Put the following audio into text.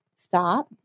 stop